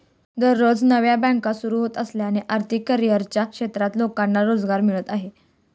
दररोज नव्या बँका सुरू होत असल्याने आर्थिक करिअरच्या क्षेत्रात लोकांना रोजगार मिळत आहे